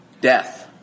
Death